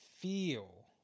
feel